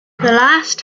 last